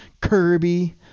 Kirby